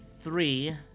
three